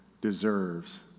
deserves